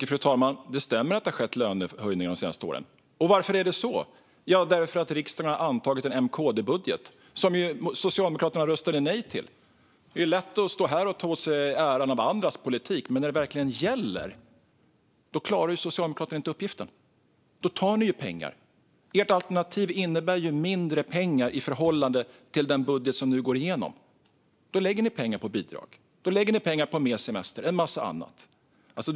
Fru talman! Det stämmer att det har skett lönehöjningar de senaste åren. Och varför är det så? Jo, för att riksdagen har antagit en M-KD-budget, som ju Socialdemokraterna röstade nej till. Det är lätt att stå här och ta åt sig äran för andras politik, men när det verkligen gäller klarar Socialdemokraterna inte uppgiften. Då tar ni pengar. Ert alternativ innebär ju mindre pengar i förhållande till den budget som nu går igenom. Då lägger ni pengar på bidrag, mer semester och en massa annat.